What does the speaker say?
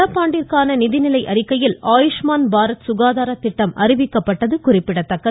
நடப்பாண்டிற்கான நிதிநிலை அறிக்கையில் ஆயுஷ்மான் பாரத் சுகாதாரத்திட்டம் அறிவிக்கப்பட்டது குறிப்பிடத்தக்கது